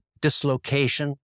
dislocation